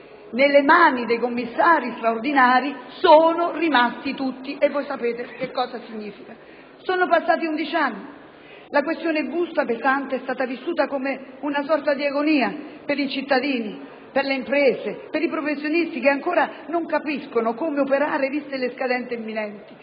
nelle mani dei commissari straordinari sono rimasti tutti e voi sapete cosa significa. Sono passati 11 anni e la busta pesante è stata vissuta come una sorta di agonia per i cittadini, per le imprese, per i professionisti che ancora non capiscono come operare, viste le scadenze imminenti;